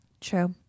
True